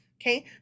Okay